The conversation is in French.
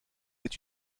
est